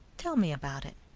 tell me about it.